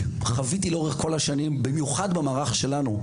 לאורך כל השנים חוויתי בייחוד במערך שלנו,